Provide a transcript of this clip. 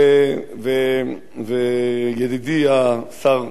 וידידי השר,